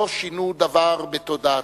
לא שינו דבר בתודעתם.